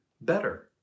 better